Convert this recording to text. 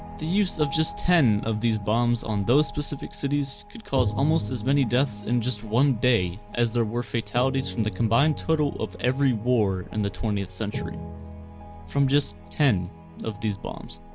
the use of just ten of these bombs on those specific cities could cause almost as many deaths in and just one day as there were fatalities from the combined total of every war and the twentieth century from just ten of these bombs